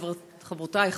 חברותי,